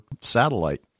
satellite